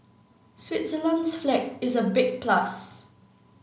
Switzerland's flag is a big plus